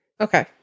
Okay